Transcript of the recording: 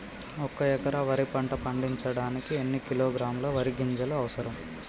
ఒక్క ఎకరా వరి పంట పండించడానికి ఎన్ని కిలోగ్రాముల వరి గింజలు అవసరం?